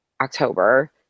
October